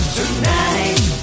tonight